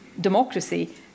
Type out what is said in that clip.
democracy